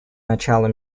начало